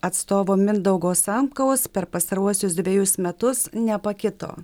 atstovo mindaugo samkaus per pastaruosius dvejus metus nepakito